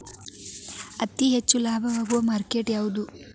ಅತಿ ಹೆಚ್ಚು ಲಾಭ ಆಗುವ ಮಾರ್ಕೆಟ್ ಯಾವುದು?